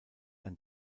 ein